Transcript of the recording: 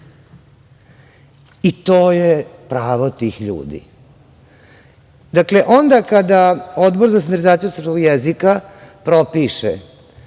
I to je pravo tih ljudi. Dakle, onda kada Odbor za standardizaciju srpskog jezika propiše